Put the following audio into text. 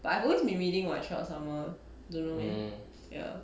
but I always been reading what throughout summer don't know leh ya